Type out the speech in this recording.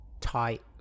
tight